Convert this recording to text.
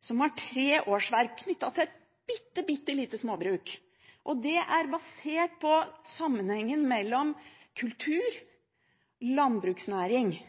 som har tre årsverk knyttet til et bitte, bitte lite småbruk, og det er basert på sammenhengen mellom kultur og landbruksnæring –